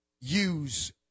Use